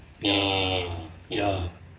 ya lah ya